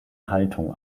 haltung